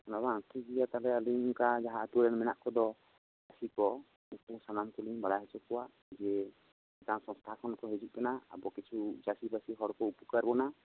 ᱫᱚᱥᱴᱟ ᱥᱮᱫ ᱠᱷᱚᱱᱟᱜ ᱴᱷᱤᱠ ᱜᱮᱭᱟ ᱛᱟᱦᱚᱞᱮ ᱟᱹᱞᱤᱧ ᱚᱱᱠᱟ ᱡᱟᱸᱦᱟ ᱟᱹᱛᱩᱨᱮ ᱢᱮᱱᱟᱜ ᱠᱚᱫᱚ ᱯᱩᱲᱥᱤ ᱠᱚ ᱩᱱᱠᱩ ᱥᱟᱱᱟᱢ ᱠᱚᱞᱤᱧ ᱵᱟᱲᱟᱭ ᱚᱪᱚ ᱠᱚᱣᱟ ᱡᱮ ᱢᱤᱫᱴᱟᱝ ᱥᱟᱥᱛᱷᱟ ᱠᱷᱚᱱ ᱠᱚ ᱦᱤᱡᱩᱜ ᱠᱟᱱᱟ ᱟᱵᱚ ᱠᱤᱪᱷᱩ ᱪᱟᱹᱥᱤ ᱵᱟᱹᱥᱤ ᱦᱚᱲ ᱠᱚ ᱩᱯᱚᱠᱟᱨ ᱵᱚᱱᱟ